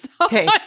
Okay